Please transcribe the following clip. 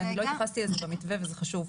כי אני לא התייחסתי לזה במתווה, וזה חשוב.